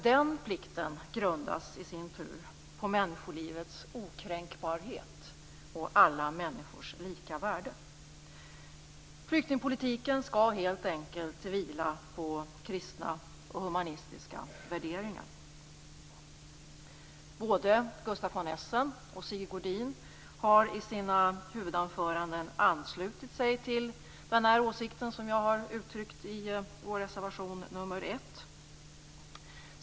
Den plikten grundas i sin tur på människolivets okränkbarhet och alla människors lika värde. Flyktingpolitiken skall helt enkelt vila på kristna och humanistiska värderingar. Både Gustaf von Essen och Sigge Godin har i sina huvudanföranden anslutit sig till denna åsikt som jag uttryckt i vår reservation nr 1.